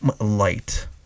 light